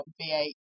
V8